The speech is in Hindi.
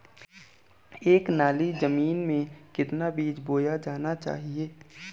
एक नाली जमीन में कितना बीज बोया जाना चाहिए?